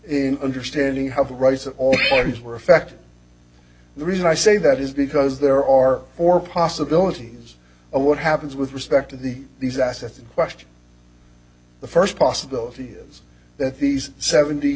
in understanding how the rights of all parties were affected the reason i say that is because there are four possibilities of what happens with respect to the these assets in question the first possibility is that these seventy